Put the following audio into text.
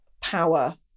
power